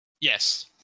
Yes